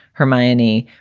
her maney.